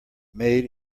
made